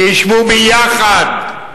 שישבו יחד,